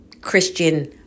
Christian